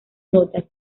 notas